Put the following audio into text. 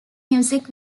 music